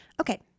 Okay